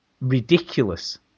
ridiculous